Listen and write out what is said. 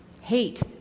Hate